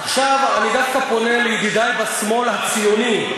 עכשיו אני דווקא פונה לידידי בשמאל הציוני,